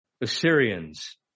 Assyrians